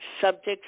subjects